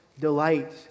delight